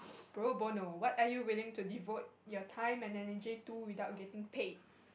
pro bono what are you willing to devote your time and energy to without getting paid